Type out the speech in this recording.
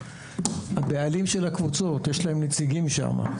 הבעלים של הקבוצות יש להם נציגים שם.